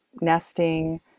nesting